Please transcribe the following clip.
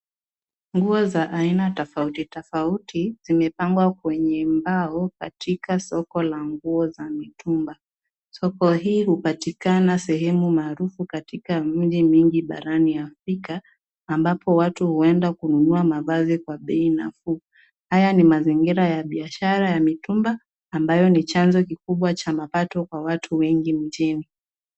Nguo za aina tofauti tofauti zimepangwa kwenye mbao katika soko la nguo za mitumba. Soko hii hupatikana sehemu maarufu katika miji mingi barani Afrika, ambapo watu huenda kununua mavazi kwa bei nafuu. Haya ni mazingira ya biashara ya mitumba, ambayo ni chanzo kikubwa cha mapato kwa watu wengi mjini.